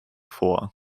vor